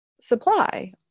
supply